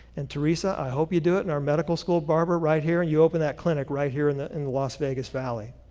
and theresa i hope you do it and our medical school, barbara, right here, and you open that clinic right here in the in the las vegas valley.